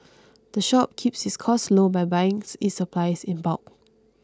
the shop keeps its costs low by buying its supplies in bulk